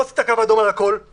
לא עשית קו אדום על הכול,